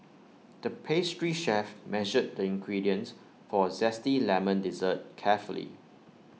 the pastry chef measured the ingredients for A Zesty Lemon Dessert carefully